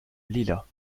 lila